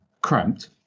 cramped